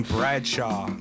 Bradshaw